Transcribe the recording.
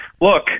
Look